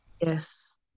Yes